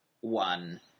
one